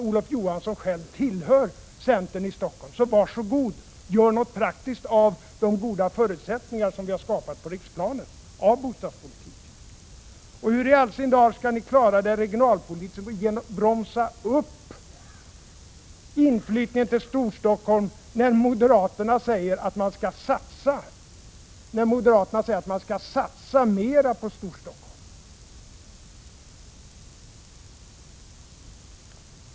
Olof Johansson tillhör själv centern i Stockholm, så var så god och gör något praktiskt av de goda förutsättningar på bostadspolitikens område som vi har skapat på riksplanet. Hur i all sin dar skall ni klara er regionalpolitiskt genom att bromsa upp inflyttningen till Storstockholm, när moderaterna säger att man skall satsa mer på Storstockholm?